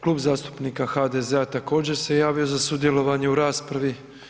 Klub zastupnika HDZ-a također se javio za sudjelovanje u raspravi.